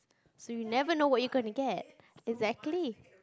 so you never know what you're gonna get exactly